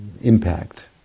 impact